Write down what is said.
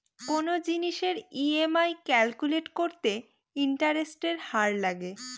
কোনো জিনিসের EMI calculate করতে ইন্টারেস্টের হার লাগে